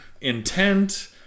Intent